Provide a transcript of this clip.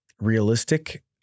realistic